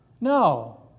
No